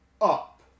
up